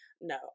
No